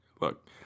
look